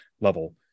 level